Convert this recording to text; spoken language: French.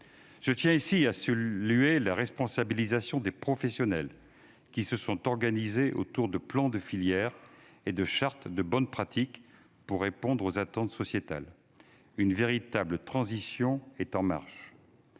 Je tiens ici à saluer la responsabilisation des professionnels, qui se sont organisés autour de plans de filière et de chartes de bonnes pratiques, pour répondre aux attentes sociétales. Une véritable transition est en marche.